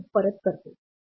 परत करते